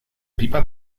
pipa